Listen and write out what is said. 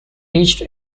reached